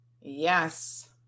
Yes